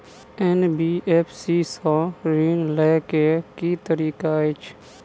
NBFC सँ ऋण लय केँ की तरीका अछि?